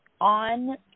on